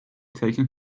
taken